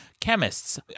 chemists